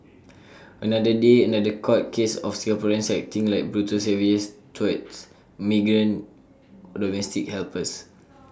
another day another court case of Singaporeans acting like brutal savages towards migrant domestic helpers